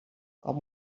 com